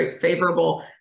favorable